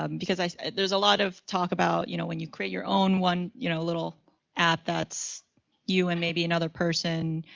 um because i there's a lot of talk about, you know when you create your own one, you know, a little app that's you and maybe another person.